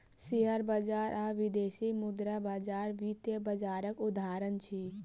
share बजार आ विदेशी मुद्रा बजार वित्तीय बजारक उदाहरण अछि